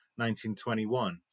1921